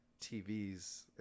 TV's